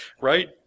Right